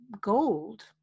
gold